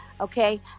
Okay